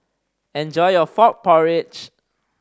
enjoy your frog porridge